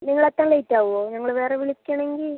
നിങ്ങൾ എത്താൻ ലേറ്റ് ആകുമോ ഞങ്ങള് വേറെ വിളിക്കണമെങ്കിൽ